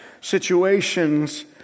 situations